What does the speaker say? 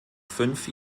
fünf